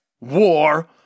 war